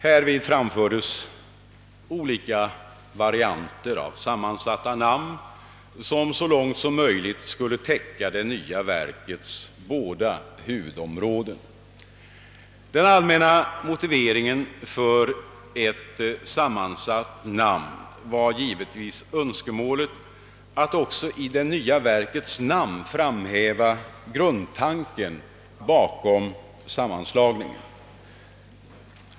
Härvid föreslogs olika varianter av sammansatta namn, vilka så långt som möjligt skulle täcka det nya verkets båda huvudområden. Motiveringen för ett sammansatt namn var givetvis önskemålet att i det nya verkets namn framhäva tanken bakom sammanslagningen.